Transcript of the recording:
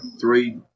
three